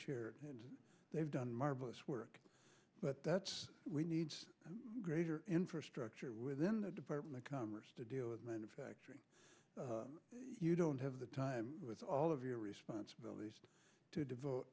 chair and they've done marvelous work but that's we need a greater infrastructure within the department of commerce to deal with manufacturing you don't have the time with all of your responsibilities to devote